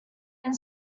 and